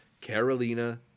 Carolina